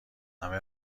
همه